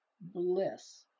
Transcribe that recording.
bliss